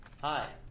Hi